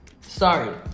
sorry